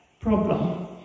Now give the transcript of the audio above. problem